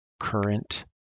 current